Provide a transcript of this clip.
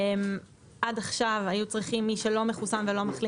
עד עכשיו מי שלא היה מחוסן או מחלים